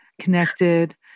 connected